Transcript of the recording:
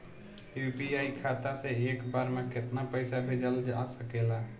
UPI खाता से एक बार म केतना पईसा भेजल जा सकेला?